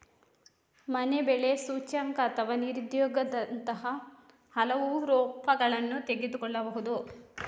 ಮನೆ ಬೆಲೆ ಸೂಚ್ಯಂಕ ಅಥವಾ ನಿರುದ್ಯೋಗ ದರದಂತಹ ಹಲವು ರೂಪಗಳನ್ನು ತೆಗೆದುಕೊಳ್ಳಬಹುದು